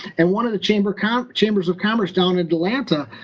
and one of the chambers kind of chambers of commerce down in atlanta